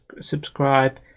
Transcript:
subscribe